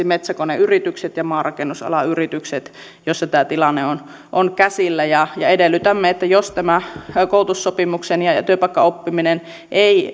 metsäkoneyritykset ja maanrakennusalan yritykset joissa tämä tilanne on on käsillä edellytämme että jos tämä koulutussopimuksen käyttö ja työpaikkaoppiminen ei